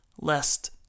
lest